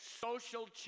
social